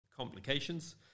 complications